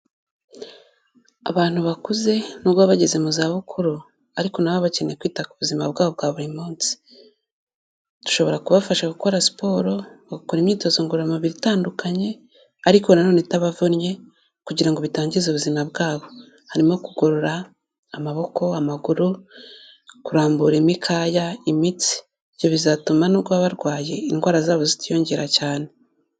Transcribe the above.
Abantu bakuze nubwo baba bageze mu zabukuru, ariko na bo baba bakeneye kwita ku buzima bwabo bwa buri munsi. Dushobora kubafasha gukora siporo, bagakora imyitozo ngororamubiri itandukanye, ariko nanone itabavunnye, kugira ngo bitangiza ubuzima bwabo. Harimo kugorora amaboko, amaguru, kurambura imikaya, imitsi; ibyo bizatuma nubwo baba barwaye, indwara zabo zitiyongera cyane.